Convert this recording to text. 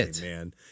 man